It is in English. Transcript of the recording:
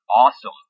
awesome